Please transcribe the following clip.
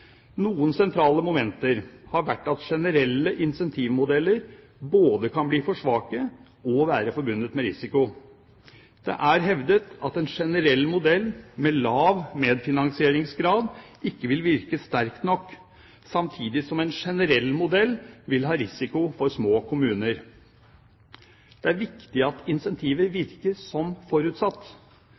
Noen sentrale momenter har vært at generelle incentivmodeller både kan bli for svake og være forbundet med risiko. Det er hevdet at en generell modell med lav medfinansieringsgrad ikke vil virke sterkt nok, samtidig som en generell modell vil ha risiko for små kommuner. Det er viktig at incentiver virker som forutsatt.